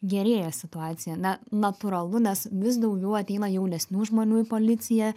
gerėja situacija na natūralu nes vis daugiau ateina jaunesnių žmonių į policiją